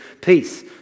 peace